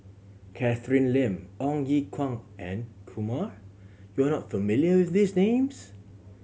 Catherine Lim Ong Ye Kung and Kumar you are not familiar with these names